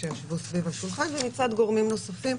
שישבו סביב השולחן ומצד גורמים נוספים,